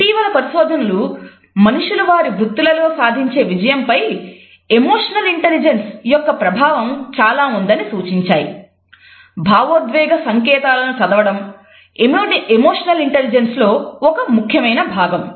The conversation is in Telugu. ఇటీవల పరిశోధనలు మనుషులు వారి వృత్తులలో సాధించే విజయంపై ఎమోషనల్ ఇంటలిజెన్స్ లో ఒక ముఖ్యమైన భాగం